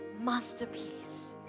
masterpiece